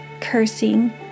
cursing